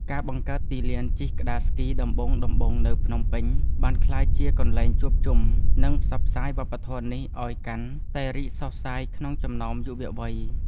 ការបង្កើតទីលានជិះក្ដារស្គីដំបូងៗនៅភ្នំពេញ បានក្លាយជាកន្លែងជួបជុំ និងផ្សព្វផ្សាយវប្បធម៌នេះឱ្យកាន់តែរីកសុះសាយក្នុងចំណោមយុវវ័យ។